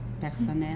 personnel